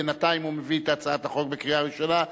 בינתיים הוא מביא את הצעת החוק לקריאה ראשונה.